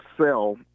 sell